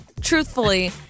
truthfully